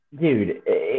Dude